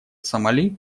сомали